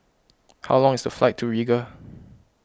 how long is the flight to Riga